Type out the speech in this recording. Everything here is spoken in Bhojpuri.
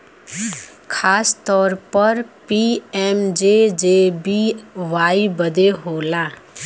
खासतौर पर पी.एम.जे.जे.बी.वाई बदे होला